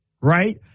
right